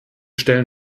stellen